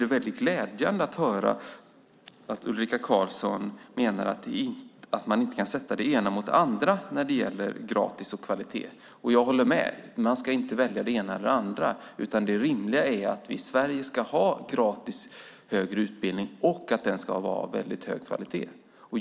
Det är glädjande att höra att Ulrika Carlsson menar att man inte ska sätta det ena mot det andra när det gäller gratis och kvalitet. Jag håller med. Man ska inte välja det ena eller andra, utan det rimliga är att vi i Sverige ska ha gratis högre utbildning och att den ska vara av hög kvalitet.